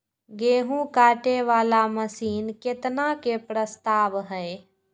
गेहूँ काटे वाला मशीन केतना के प्रस्ताव हय?